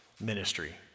ministry